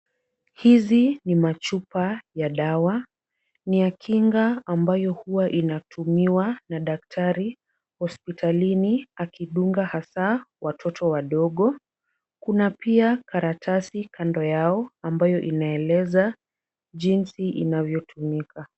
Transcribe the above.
Hizi ni machupa ya dawa, ni ya kinga ambayo huwa inatumiwa na daktari hospitalini akidunga hasa watoto wadogo. Kuna pia karatasi kando yao ambayo inaeleza jinsi inavyotumika.